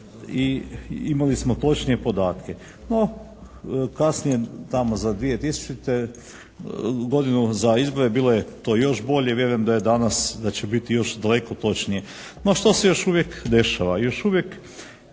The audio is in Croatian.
i imali smo točnije podatke. No kasnije tamo za 2000. godinu za izbore bilo je to još bolje. Vjerujem da je danas, da će biti još daleko točnije. No što se još uvijek dešava? Još uvijek